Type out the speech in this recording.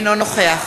אינו נוכח